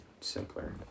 simpler